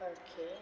okay